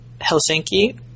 Helsinki